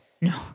No